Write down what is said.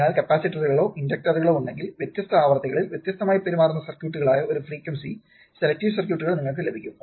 അതിനാൽ കപ്പാസിറ്ററുകളോ ഇൻഡക്ടറുകളോ ഉണ്ടെങ്കിൽ വ്യത്യസ്ത ആവൃത്തികളിൽ വ്യത്യസ്തമായി പെരുമാറുന്ന സർക്യൂട്ടുകളായ ഒരു ഫ്രീക്വൻസി സെലക്ടീവ് സർക്യൂട്ടുകൾ നിങ്ങൾക്ക് ലഭിക്കും